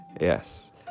Yes